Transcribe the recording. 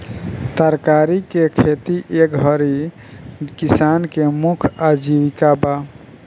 तरकारी के खेती ए घरी किसानन के मुख्य आजीविका बा